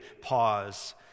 pause